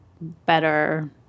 better